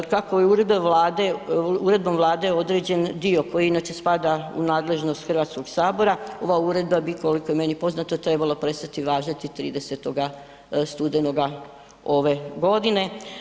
Kako je uredbom Vlade određen dio koji inače spada u nadležnost Hrvatskog sabora ova uredba bi koliko je meni poznato trebala prestati važiti 30. studenoga ove godine.